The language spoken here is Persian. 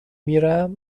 میرم